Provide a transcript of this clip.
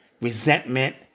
resentment